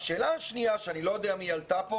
השאלה השנייה שאני לא יודע אם היא עלתה כאן,